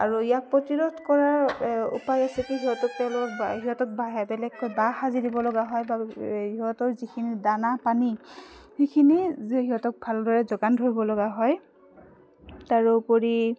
আৰু ইয়াক প্ৰতিৰোধ কৰাৰ উপায় আছে সিহঁতক অলপ সিহঁতক বাহিৰত বেলেগকৈ বাহ সাজি দিব লগা হয় বা ইহঁতৰ যিখিনি দানা পানী সেইখিনি যে সিহঁতক ভালদৰে যোগান ধৰিব লগা হয় তাৰোপৰি